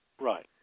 Right